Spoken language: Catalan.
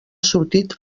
sortit